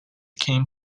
came